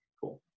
Cool